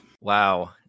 Wow